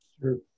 Sure